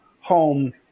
home